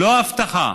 לא הבטחה,